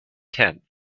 tenth